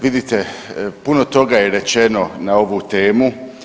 Vidite, puno toga je rečeno na ovu temu.